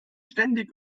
ständig